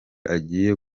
agiye